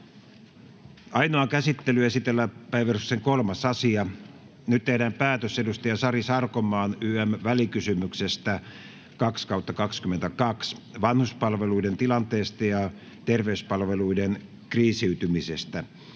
Ainoaan käsittelyyn esitellään päiväjärjestyksen 3. asia. Nyt tehdään päätös edustaja Sari Sarkomaan ym. välikysymyksestä VK 2/2022 vp vanhuspalveluiden tilanteesta ja terveyspalveluiden kriisiytymisestä.